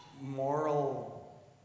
moral